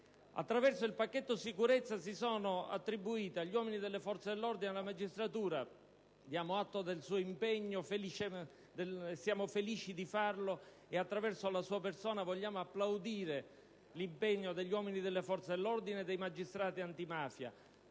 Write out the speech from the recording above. Attraverso il pacchetto sicurezza sono stati attribuiti agli uomini delle forze dell'ordine e alla magistratura - Ministro, diamo atto del suo impegno, ne siamo felici e attraverso la sua persona vogliamo plaudire all'impegno degli uomini delle forze dell'ordine e dei magistrati antimafia